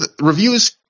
reviews